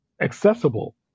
accessible